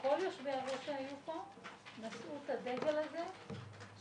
שכל יושבי-הראש שהיו פה נשאו את הדגל הזה של